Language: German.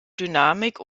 dynamik